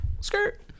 skirt